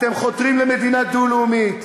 אתם חותרים למדינה דו-לאומית.